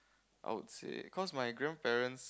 I would say cause my grandparents